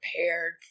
prepared